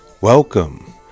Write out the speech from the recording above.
Welcome